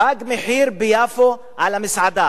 "תג מחיר" על המסעדה